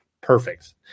perfect